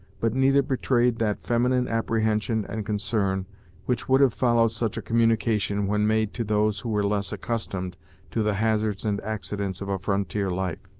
but neither betrayed that feminine apprehension and concern which would have followed such a communication when made to those who were less accustomed to the hazards and accidents of a frontier life.